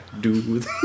dude